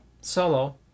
solo